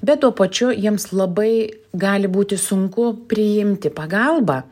bet tuo pačiu jiems labai gali būti sunku priimti pagalbą